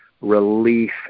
relief